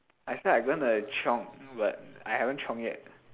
I say I going to like chiong but I haven't chiong yet